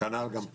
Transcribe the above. כנ"ל גם פרוש.